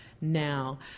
now